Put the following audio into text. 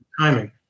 timing